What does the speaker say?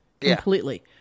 Completely